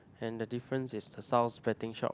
and the difference is the south spreading shop